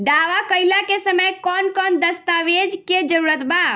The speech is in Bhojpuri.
दावा कईला के समय कौन कौन दस्तावेज़ के जरूरत बा?